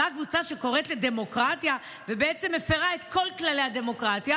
אותה קבוצה שקוראת לדמוקרטיה ובעצם מפירה את כל כללי הדמוקרטיה.